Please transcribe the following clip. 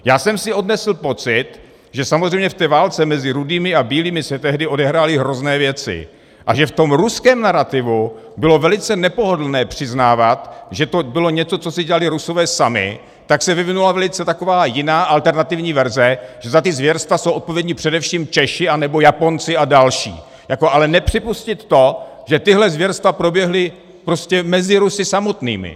Já jsem si odnesl pocit, že samozřejmě v té válce mezi rudými a bílými se tehdy odehrály hrozné věci a že v tom ruském narativu bylo velice nepohodlné přiznávat, že to bylo něco, co si dělali Rusové sami, tak se vyvinula velice taková jiná, alternativní verze, že za ta zvěrstva jsou odpovědní především Češi nebo Japonci a další, ale nepřipustit to, že tahle zvěrstva proběhla prostě mezi Rusy samotnými.